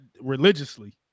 religiously